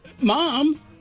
Mom